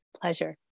pleasure